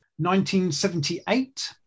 1978